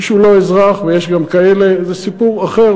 מי שהוא לא אזרח, ויש גם כאלה, זה סיפור אחר.